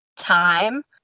time